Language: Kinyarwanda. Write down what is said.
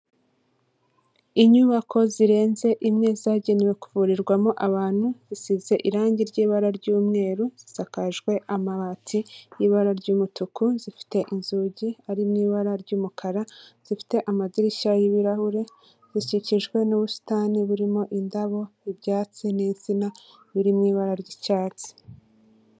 Inyubako zirenze imwe zagenewe kuvurirwamo abantu, zisize irangi ry'ibara ry'umweru, zisakajwe amabati y'ibara ry'umutuku, zifite inzugi ziri mu ibara ry'umukara, zifite amadirishya y'ibirahure, zikikijwe n'ubusitani burimo indabo, ibyatsi n'insina biri mu ibara ry'icyatsi.